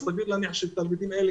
סביר להניח שהתלמידים האלה,